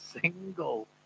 single